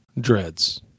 dreads